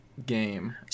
game